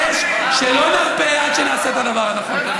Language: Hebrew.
אני רק מבקש שלא נרפה עד שנעשה את הדבר הנכון.